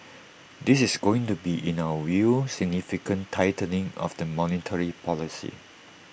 this is going to be in our view significant tightening of the monetary policy